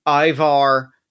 Ivar